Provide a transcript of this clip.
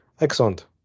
excellent